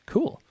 Cool